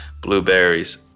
blueberries